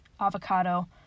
avocado